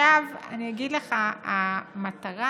עכשיו אני אגיד לך, המטרה